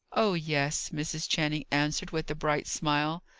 oh yes, mrs. channing answered, with a bright smile.